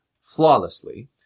flawlessly